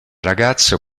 ragazzo